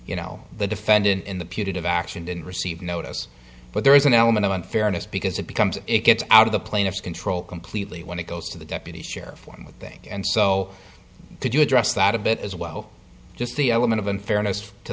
you know the defendant in the punitive action didn't receive notice but there is an element of unfairness because it becomes it gets out of the plaintiff's control completely when it goes to the deputy sheriff one would think and so did you address that a bit as well just the element of unfairness to